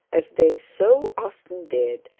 as they so often did,